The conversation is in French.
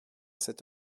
cet